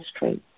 History